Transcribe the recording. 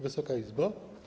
Wysoka Izbo!